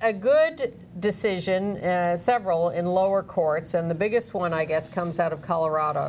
a good decision as several in the lower courts and the biggest one i guess comes out of colorado